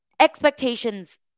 expectations